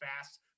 fast